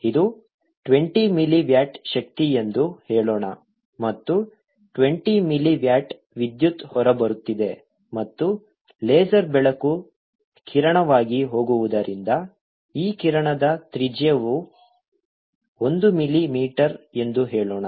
ಇದು 20 milliwatt ಶಕ್ತಿ ಎಂದು ಹೇಳೋಣ ಮತ್ತು 20 ಮಿಲಿ ವ್ಯಾಟ್ ವಿದ್ಯುತ್ ಹೊರಬರುತ್ತಿದೆ ಮತ್ತು ಲೇಸರ್ ಬೆಳಕು ಕಿರಣವಾಗಿ ಹೋಗುವುದರಿಂದ ಈ ಕಿರಣದ ತ್ರಿಜ್ಯವು ಒಂದು ಮಿಲಿ ಮೀಟರ್ ಎಂದು ಹೇಳೋಣ